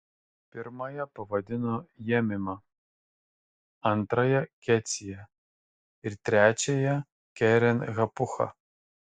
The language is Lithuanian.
pirmąją pavadino jemima antrąją kecija ir trečiąją keren hapucha